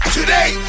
Today